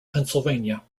pennsylvania